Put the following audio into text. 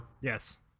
yes